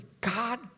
God